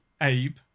Abe